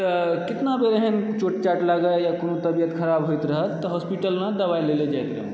तऽ केतना बेर एहन चोट चाट लागय या कोनो तबियत खराप होइत रह तऽ हॉस्पीटलमे दबाइ लय लऽ जाइत रहु